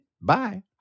Bye